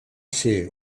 ser